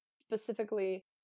specifically